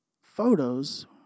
photos